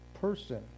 person